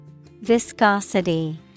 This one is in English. Viscosity